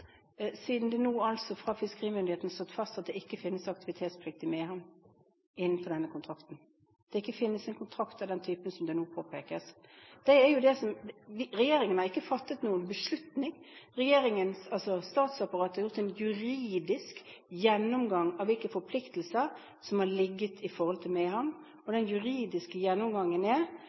siden det nå har blitt slått fast fra fiskerimyndighetene at det ikke finnes aktivitetsplikt i Mehamn innenfor denne kontrakten, og at det ikke finnes en kontrakt av den typen som man nå påpeker. Regjeringen har ikke fattet noen beslutning. Statsapparatet har gjort en juridisk gjennomgang av hvilke forpliktelser som har ligget der når det gjelder Mehamn, og den juridiske gjennomgangen